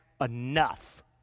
enough